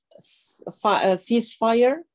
ceasefire